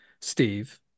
Steve